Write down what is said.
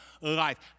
life